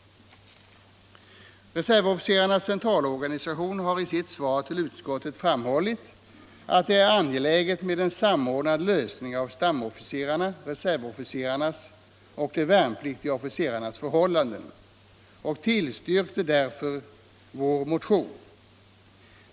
Reservofficerarnas centralorganisation framhöll i sitt svar till utskottet att det är angeläget med en samordnad lösning av stamofficerarnas, reservofficerarnas och de värnpliktiga officerarnas förhållanden och tillstyrkte därför vår motion.